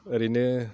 ओरैनो